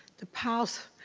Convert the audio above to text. the piles,